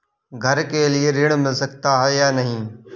घर के लिए ऋण मिल सकता है या नहीं?